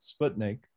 Sputnik